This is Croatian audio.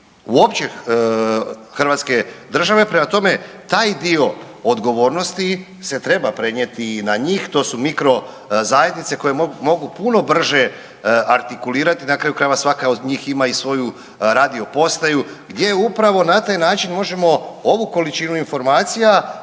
uopće hrvatske države, prema tome, taj dio odgovornosti se treba prenijeti i na njih, to su mikrozajednice koje mogu puno brže artikulirati, na kraju krajeva, svaka od njih ima i svoju radiopostaju gdje upravo na taj način možemo ovu količinu informacija